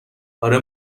اره